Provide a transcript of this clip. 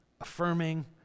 affirming